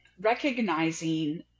recognizing